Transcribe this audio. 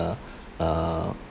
uh